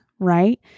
right